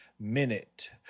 minute